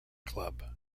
club